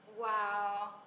Wow